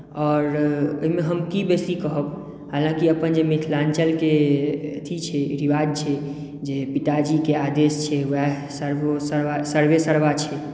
आओर ओहिमे हम की बेसी कहब हलाँकि अपन जे मिथिलाञ्चलके अथी छै रिवाज छै जे पिताजीके आदेश छै उएह सर्वेर्सर्वा सर्वेसर्वा छै